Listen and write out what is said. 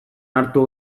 hartu